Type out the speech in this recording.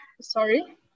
sorry